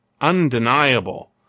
undeniable